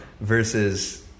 Versus